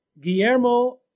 guillermo